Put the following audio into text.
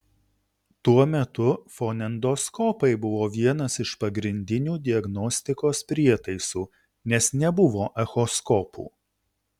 tuo metu fonendoskopai buvo vienas iš pagrindinių diagnostikos prietaisų nes nebuvo echoskopų